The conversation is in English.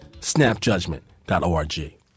Snapjudgment.org